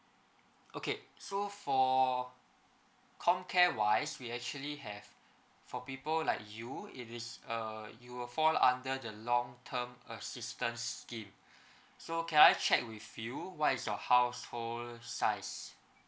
okay so for com care wise we actually have for people like you it is err you will fall under the long term assistant scheme so can I check with you what is your household size